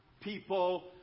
people